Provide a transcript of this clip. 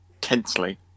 tensely